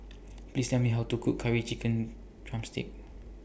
Please Tell Me How to Cook Curry Chicken Drumstick